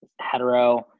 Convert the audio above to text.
hetero